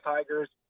Tigers